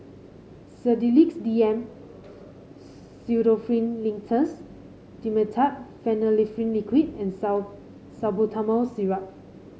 Sedilix D M Pseudoephrine Linctus Dimetapp Phenylephrine Liquid and Salbutamol Syrup